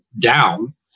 down